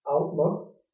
Outlook